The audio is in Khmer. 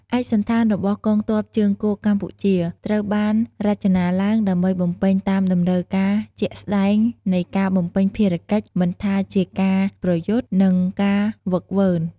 ឯកសណ្ឋានរបស់កងទ័ពជើងគោកកម្ពុជា ត្រូវបានរចនាឡើងដើម្បីបំពេញតាមតម្រូវការជាក់ស្ដែងនៃការបំពេញភារកិច្ច មិនថាជាការប្រយុទ្ធ និងការហ្វឹកហ្វឺន។